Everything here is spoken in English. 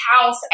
house